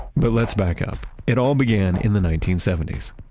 but, let's back up. it all began in the nineteen seventy s.